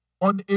on